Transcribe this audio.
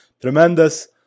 Tremendous